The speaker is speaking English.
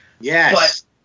Yes